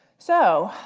so,